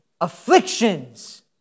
Afflictions